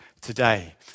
today